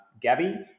Gabby